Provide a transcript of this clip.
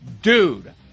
Dude